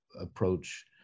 approach